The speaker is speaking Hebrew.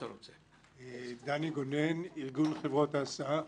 דני גונן, ארגון חברות ההסעה.